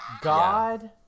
God